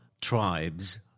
tribes